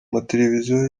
mateleviziyo